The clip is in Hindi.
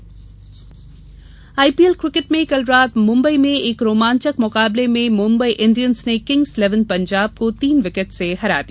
आईपीएल आईपीएल क्रिकेट में कल रात मुम्बई में एक रोमांचक मुकाबले में मुम्बई इंडियंस ने किंग्स इलेवन पंजाब को तीन विकेट से हरा दिया